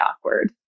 awkward